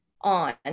on